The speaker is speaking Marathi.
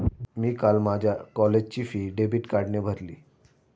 मी काल माझ्या कॉलेजची फी डेबिट कार्डने भरली